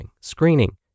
screening